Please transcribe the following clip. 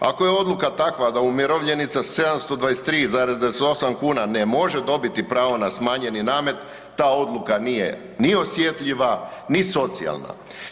Ako je odluka takva da umirovljenica s 723,98 kuna ne može dobiti pravo na smanjeni namet, ta odluka nije ni osjetljiva, ni socijalna.